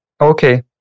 Okay